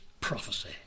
prophecy